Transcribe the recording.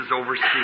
overseas